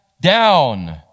down